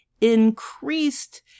increased